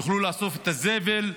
יוכלו לאסוף את הזבל,